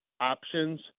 options